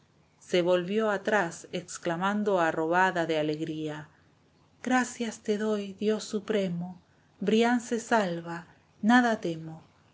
se volvió atrás exclamando arrobada de alegría gracias te doy dios supremo brian se salva nada temo